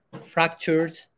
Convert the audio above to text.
fractured